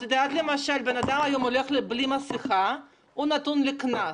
למשל, היום אדם שהולך בלי מסכה צפוי לקנס.